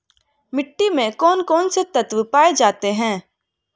मिट्टी में कौन कौन से तत्व पाए जाते हैं?